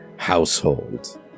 Household